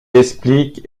explique